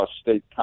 State